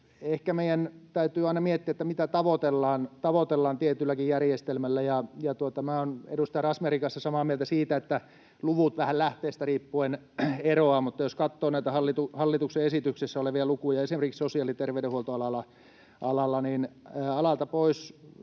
Ehkä meidän täytyy aina miettiä, mitä tavoitellaan tietylläkin järjestelmällä. Minä olen edustaja Razmyarin kanssa samaa mieltä siitä, että luvut vähän lähteestä riippuen eroavat, mutta jos katsoo näitä hallituksen esityksessä olevia lukuja esimerkiksi sosiaali- ja terveydenhuoltoalalta, niin alalta pois